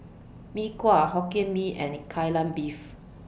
Mee Kuah Hokkien Mee and Kai Lan Beef